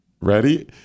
Ready